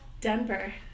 Denver